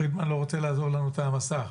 פרידמן לא רוצה לעזוב לנו את המסך.